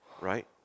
right